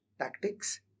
tactics